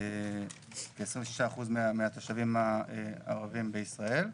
כ-26% מהתושבים הערביים בישראל.